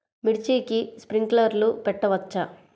మిర్చికి స్ప్రింక్లర్లు పెట్టవచ్చా?